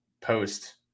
post